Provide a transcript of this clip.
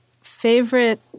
favorite